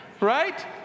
right